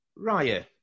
Raya